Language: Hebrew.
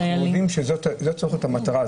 -- אנחנו יודעים שזאת צריכה להיות המטרה,